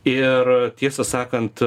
ir tiesą sakant